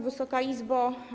Wysoka Izbo!